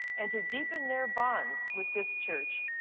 and to deepen their bonds with this church.